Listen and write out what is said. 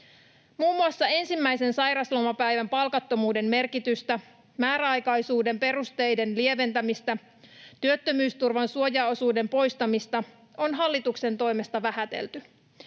Muun muassa ensimmäisen sairauslomapäivän palkattomuuden merkitystä, määräaikaisuuden perusteiden lieventämistä ja työttömyysturvan suojaosuuden poistamista on hallituksen toimesta vähätelty.